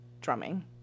drumming